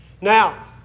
Now